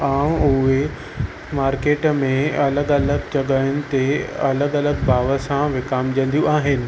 ऐं उहे मार्केट में अलॻि अलॻि जॻहियुनि ते अलॻि अलॻि भाव सां विकामजंदियूं आहिनि